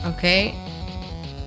Okay